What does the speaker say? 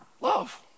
Love